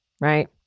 right